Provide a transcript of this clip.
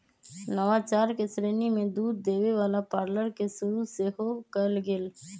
नवाचार के श्रेणी में दूध देबे वला पार्लर के शुरु सेहो कएल गेल